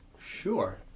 Sure